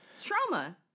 trauma